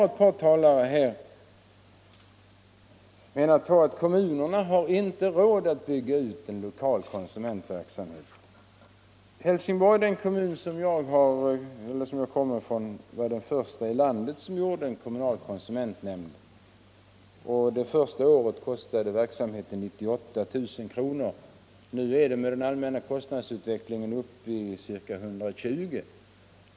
Ett par talare har menat att kommunerna inte har råd att bygga ut en lokal konsumentverksamhet. Helsingborg —- den kommun som jag kommer från — var den första i landet som fick en kommunal konsumentnämnd och första året kostade verksamheten 98 000 kr. Nu är den, med den allmänna kostnadsutvecklingen, uppe i ca 120 000 kr.